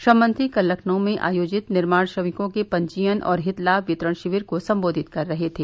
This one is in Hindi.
श्रम मंत्री कल लखनऊ में आयोजित निर्माण श्रमिकों के पंजीयन और हितलाम वितरण शिविर को सम्बोधित कर रहे थे